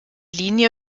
linie